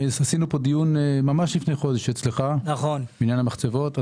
עשינו פה דיון ממש לפני חודש אצלך בעניין המחצבות.